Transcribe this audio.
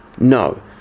No